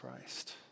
Christ